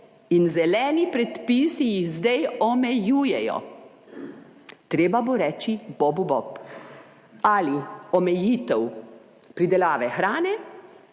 in zeleni predpisi jih zdaj omejujejo. Treba bo reči bobu bob, ali omejitev pridelave hrane